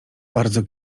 bardzo